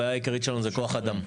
הבעיה העיקרית שלנו זה כוח אדם.